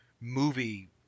movie